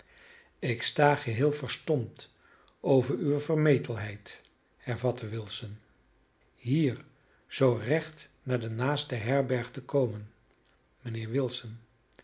ik sta geheel verstomd over uwe vermetelheid hervatte wilson hier zoo recht naar de naaste herberg te komen mijnheer wilson